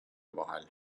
vahel